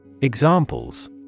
Examples